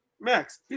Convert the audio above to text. Max